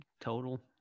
total